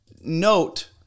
note